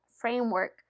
framework